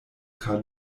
tra